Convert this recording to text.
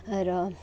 र